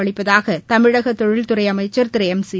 அளிப்பதாகதமிழகதொழில்துறைஅமைச்சர் திருளம்சி